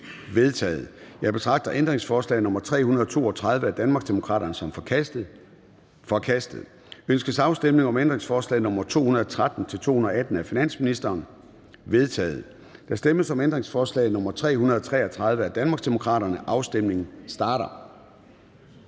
af finansministeren? De er vedtaget. Jeg betragter ændringsforslag nr. 332 af Danmarksdemokraterne som forkastet. Det er forkastet. Ønskes afstemning om ændringsforslag nr. 213-218 af finansministeren? De er vedtaget. Der stemmes om ændringsforslag nr. 333 af Danmarksdemokraterne. Afstemningen starter.